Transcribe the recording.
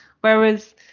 whereas